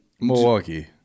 Milwaukee